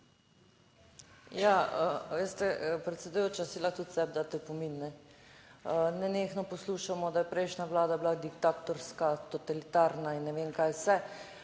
Ja, a veste, predsedujoča, si lahko tudi sebi daste opomin. Nenehno poslušamo, da je prejšnja vlada bila diktatorska, totalitarna in ne vem kaj vse.